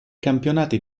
campionati